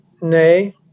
Nay